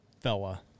fella